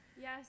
Yes